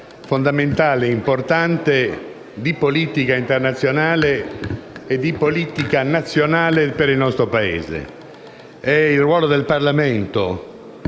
fondamentale, importante, di politica internazionale e di politica nazionale per il nostro Paese. È il ruolo del Parlamento,